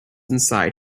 inside